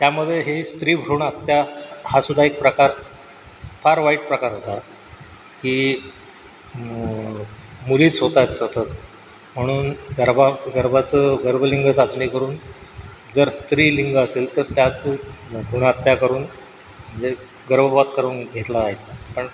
त्यामध्ये ही स्त्री भ्रूणहत्या हा सुद्धा एक प्रकार फार वाईट प्रकार होता की मुलीच होतात सतत म्हणून गर्भा गर्भाचं गर्भलिंग चाचणी करून जर स्त्रीलिंग असेल तर त्याचं भ्रूणहत्या करून म्हणजे गर्भपात करून घेतला जायचा पण